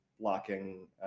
blocking